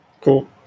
Cool